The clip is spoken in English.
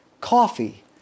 coffee